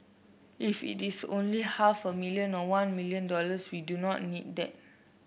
if it is only half a million or one million dollars we do not need that